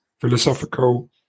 philosophical